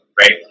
right